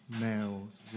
male's